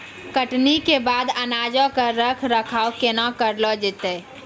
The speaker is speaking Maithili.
कटनी के बाद अनाजो के रख रखाव केना करलो जैतै?